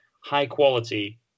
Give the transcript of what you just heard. high-quality